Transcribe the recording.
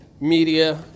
media